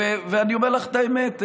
אני אומר לך את האמת,